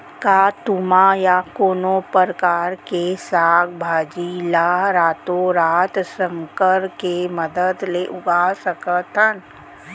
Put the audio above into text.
का तुमा या कोनो परकार के साग भाजी ला रातोरात संकर के मदद ले उगा सकथन?